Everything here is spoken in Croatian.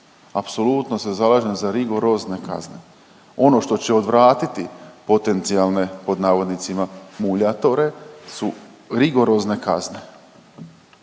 Apsolutno se zalažem za rigorozne kazne. Ono što će odvratiti potencijalne pod navodnicima muljatore su rigorozne kazne.